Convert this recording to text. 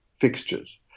fixtures